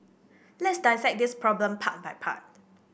let's dissect this problem part by part